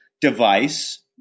device